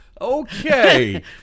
Okay